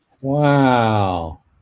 Wow